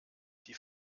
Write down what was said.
die